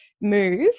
move